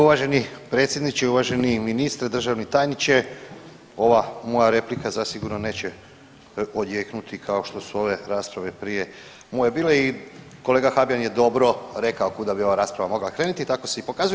Uvaženi predsjedniče i uvaženi ministre, državni tajniče ova moja replika zasigurno neće odjeknuti kao što su ove rasprave prije moje bile i kolega Habijan je dobro rekao kuda bi ova rasprava mogla krenuti i tako se i pokazuje.